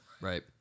Right